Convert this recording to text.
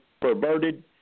perverted